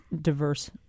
diverse